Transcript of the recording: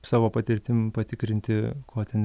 savo patirtim patikrinti ko ten